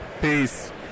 Peace